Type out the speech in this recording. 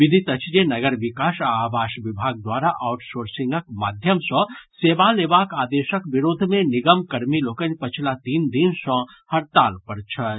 विदित अछि जे नगर विकास आ आवास विभाग द्वारा आउटसोर्सिंगक माध्यम सँ सेवा लेबाक आदेशक विरोध मे निगम कर्मी लोकनि पछिला तीन दिन सँ हड़ताल पर छथि